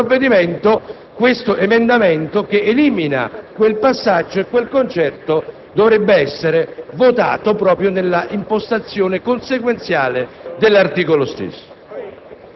Presidente, abbiamo presentato un emendamento per far coincidere la figura del Commissario delegato con quella del Commissario per la bonifica.